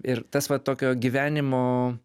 ir tas va tokio gyvenimo